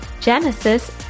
Genesis